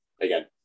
again